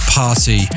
party